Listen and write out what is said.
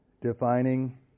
Defining